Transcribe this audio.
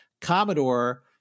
Commodore